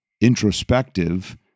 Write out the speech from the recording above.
introspective